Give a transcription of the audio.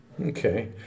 Okay